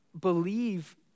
believe